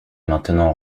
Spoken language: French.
maintenant